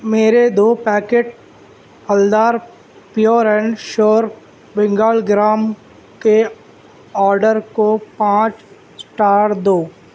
میرے دو پیکٹ پھلدار pure and sure Bengal gram کے آڈر کو پانچ اسٹار دو